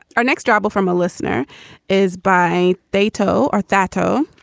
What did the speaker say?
our next job from a listener is by theto or thatto.